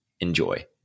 Enjoy